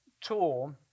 tool